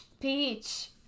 Peach